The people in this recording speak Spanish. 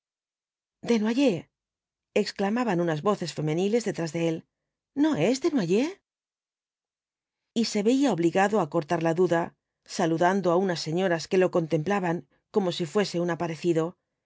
desnoyers exclamaban unas voces femeniles detrás de él no es desnoyers y se veía obligado á cortar la duda saludando á unas señoras que lo contemplaban como si fuese un aparecido